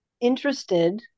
interested